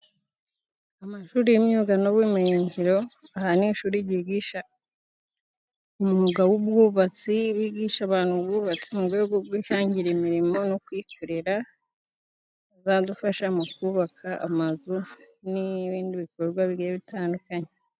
Amashuri y'imyuga n'ubumenyingiro, aha n'ishuri ryigisha umwuga w'ubwubatsi, wigisha abantu ubwubatsi mu rwe rwo kwihangira imirimo no kwikorera, bizadufasha mu kubaka amazu n'ibindi bikorwa bitandukanye.